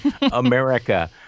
America